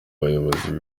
bayobozi